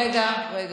רגע, רגע.